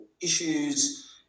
issues